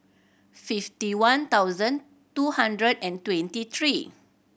fifty one thousand two hundred and twenty three